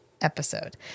episode